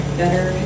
better